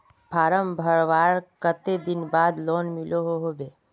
Form भरवार कते दिन बाद लोन मिलोहो होबे?